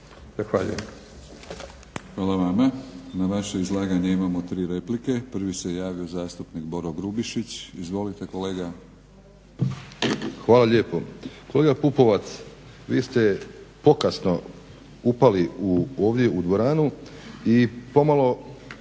Hvala vama. Na vaše izlaganje imamo tri replike. Prvi se javio zastupnik Boro Grubišić. Izvolite kolega. **Grubišić, Boro (HDSSB)** Hvala lijepo. Kolega Pupovac, vi ste pokasno upali ovdje u dvoranu i pomalo